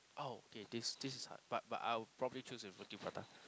oh K this this is hard but but I will probably choose with roti-prata